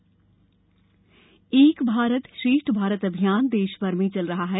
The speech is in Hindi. एक भारत श्रेष्ठ भारत एक भारत श्रेष्ठ भारत अभियान देश भर में चल रहा है